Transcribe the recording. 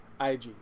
IG